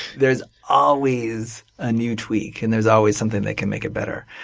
there's always a new tweak and there's always something that can make it better.